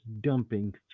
dumping